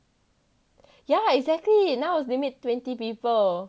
yeah exactly now is limit twenty people